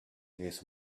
his